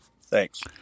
Thanks